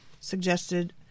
suggested